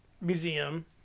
Museum